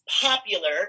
popular